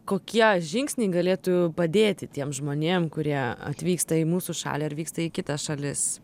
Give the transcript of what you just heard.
kokie žingsniai galėtų padėti tiem žmonėm kurie atvyksta į mūsų šalį ar vyksta į kitas šalis